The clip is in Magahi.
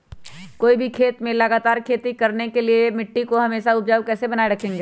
कोई भी खेत में लगातार खेती करने के लिए मिट्टी को हमेसा उपजाऊ कैसे बनाय रखेंगे?